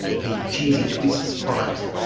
the cheesy twists product,